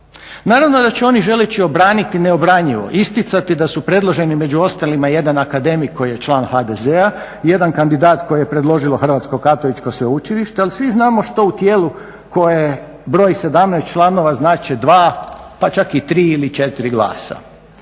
naravno da će oni želeći obraniti neobranjivo, isticati da su predloženi među ostalima i jedan akademik koji je član HDZ-a, jedan kandidat koje je predložilo Hrvatsko katoličko sveučilište. Ali svi znamo što u tijelu koje broji 17 članova znače 2, pa čak i 3 ili 4 glasa.